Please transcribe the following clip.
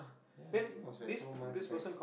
ya I think was like two months back